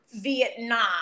Vietnam